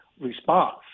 response